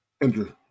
Andrew